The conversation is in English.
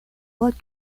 blood